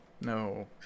no